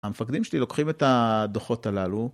המפקדים שלי לוקחים את הדוחות הללו.